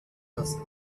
das